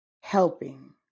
helping